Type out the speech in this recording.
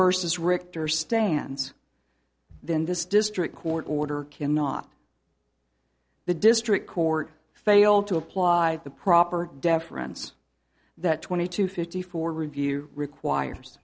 versus richter stands then this district court order cannot the district court fail to apply the proper deference that twenty to fifty four review requires